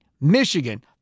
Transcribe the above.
Michigan